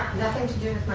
nothing to do